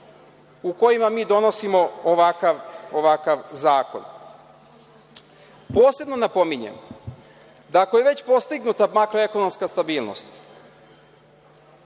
u kojoj donosimo ovakav zakon. Posebno napominjem da ako je već postignuta makroekonomska stabilnost